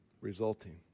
resulting